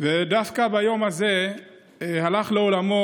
ודווקא ביום הזה הלך לעולמו,